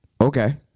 okay